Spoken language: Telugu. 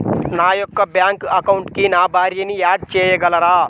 నా యొక్క బ్యాంక్ అకౌంట్కి నా భార్యని యాడ్ చేయగలరా?